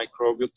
microbial